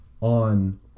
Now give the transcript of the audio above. on